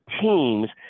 teams